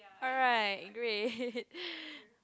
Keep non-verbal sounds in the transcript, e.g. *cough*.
alright great *laughs*